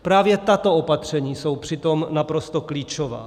Právě tato opatření jsou přitom naprosto klíčová.